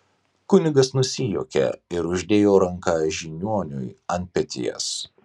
kunigas nusijuokė ir uždėjo ranką žiniuoniui ant peties